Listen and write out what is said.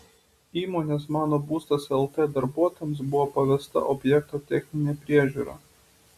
įmonės mano būstas lt darbuotojams buvo pavesta objekto techninė priežiūra